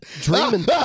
dreaming